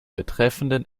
betreffenden